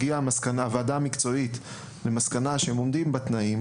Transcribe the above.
והוועדה המקצועית הגיעה למסקנה שהם עומדים בתנאים,